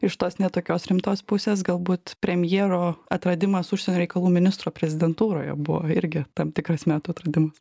iš tos ne tokios rimtos pusės galbūt premjero atradimas užsienio reikalų ministro prezidentūroje buvo irgi tam tikras metų atradimas